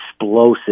explosive